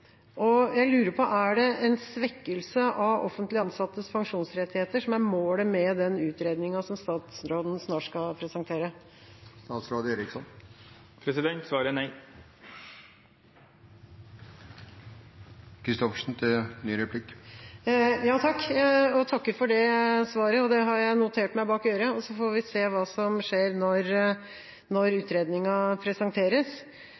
pensjonene. Jeg lurer på: Er det en svekkelse av offentlig ansattes pensjonsrettigheter som er målet med den utredninga som statsråden snart skal presentere? Svaret er nei. Jeg takker for svaret og har notert meg det bak øret, og så får vi se hva som skjer når utredninga presenteres.